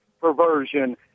perversion